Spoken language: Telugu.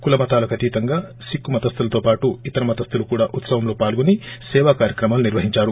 కులమతాలకు అతీతంగా సిక్కు మతస్దులతోపాటు ఇతర మతస్దులు కూడా ఉత్పవంలో పాల్గొని సేవా కార్యక్రమాలు నిర్వహించారు